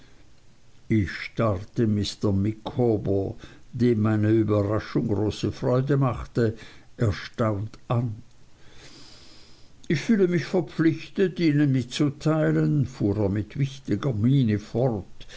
ich starrte mr micawber dem meine überraschung große freude machte erstaunt an ich fühle mich verpflichtet ihnen mitzuteilen fuhr er mit wichtiger miene fort